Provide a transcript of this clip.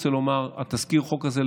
אני רוצה לומר שתזכיר החוק הזה,